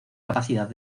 capacidad